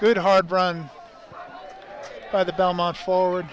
good hard run by the belmont forward